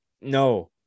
No